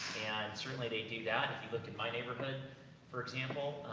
and certainly they do that, if you look at my neighborhood for example,